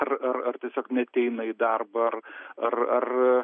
ar ar ar tiesiog neateina į darbą ar ar ar